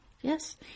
Yes